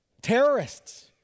terrorists